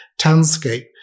townscape